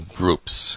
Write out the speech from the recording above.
groups